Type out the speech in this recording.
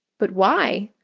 but why?